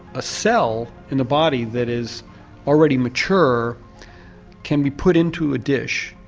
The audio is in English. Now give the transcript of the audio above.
a cell in the body that is already mature can be put into a dish,